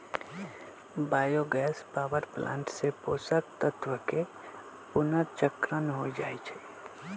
bio gas power plant से पोषक तत्वके पुनर्चक्रण हो जाइ छइ